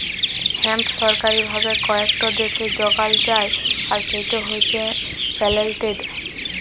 hemp সরকারি ভাবে কয়েকট দ্যাশে যগাল যায় আর সেট হছে পেটেল্টেড